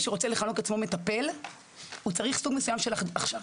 שרוצה לכנות את עצמו מטפל צריך סוג מסוים של הכשרה.